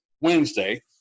Wednesday